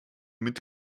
mit